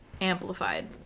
amplified